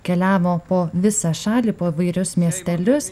keliavo po visą šalį po įvairius miestelius